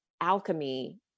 alchemy